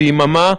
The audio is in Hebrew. ביממה,